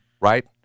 right